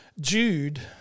Jude